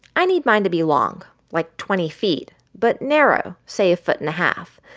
i need mine to be long like, twenty feet but narrow say, a foot and a half.